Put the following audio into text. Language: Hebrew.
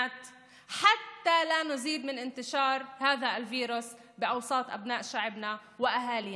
כדי שלא נביא להתפשטות הווירוס בקרב בני עמנו ומשפחותינו.